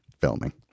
filming